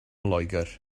loegr